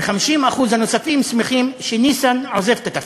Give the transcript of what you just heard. ו-50% הנוספים שמחים שניסן עוזב את התפקיד,